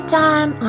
time